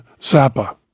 Zappa